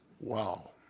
wow